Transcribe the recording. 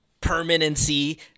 permanency